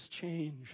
change